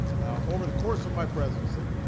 now, over the course of my presidency,